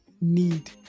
need